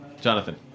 Jonathan